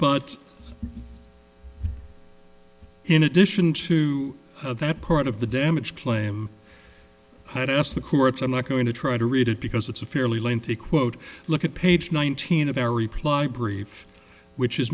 but in addition to that part of the damage claim yes the courts i'm not going to try to read it because it's a fairly lengthy quote look at page nineteen of our reply brief which is